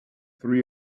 through